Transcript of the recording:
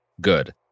Good